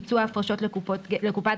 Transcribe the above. כאילו חושבו כחלק מתקופת המחלה".